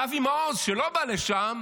ואבי מעוז, שלא בא לשם,